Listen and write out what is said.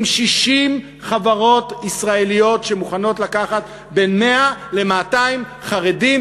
עם 60 חברות ישראליות שמוכנות לקחת בין 100 ל-200 חרדים